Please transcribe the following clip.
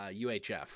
uhf